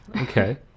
Okay